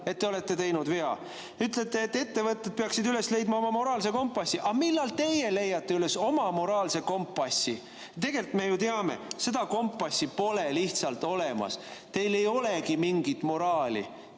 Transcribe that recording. et te olete teinud vea? Te ütlete, et ettevõtted peaksid üles leidma oma moraalse kompassi. Aga millal teie leiate üles oma moraalse kompassi? Tegelikult me ju teame, et seda kompassi pole lihtsalt olemas, teil ei olegi mingit moraali,